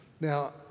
Now